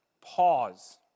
Pause